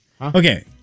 Okay